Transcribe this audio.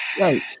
Right